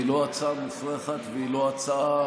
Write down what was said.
היא לא הצעה מופרכת והיא לא הצעה,